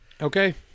Okay